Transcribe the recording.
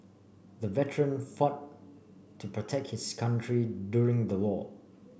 the veteran fought to protect his country during the war